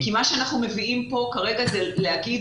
מה שאנחנו מביאים כאן כרגע זה להגיד